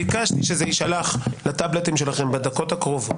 ביקשת שזה יישלח לטבלטים שלכם בדקות הקרובות.